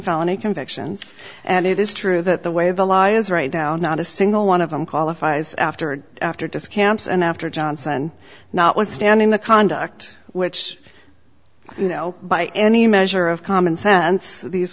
felony convictions and it is true that the way the law is right now not a single one of them qualifies after after discounts and after johnson notwithstanding the conduct which you know by any measure of common sense these